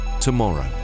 tomorrow